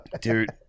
Dude